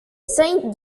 saint